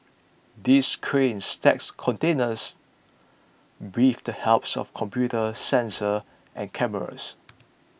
these cranes stack containers with the helps of computers sensors and cameras